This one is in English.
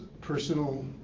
personal